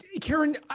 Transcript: Karen